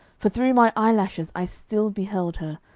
for through my eyelashes i still beheld her,